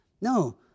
No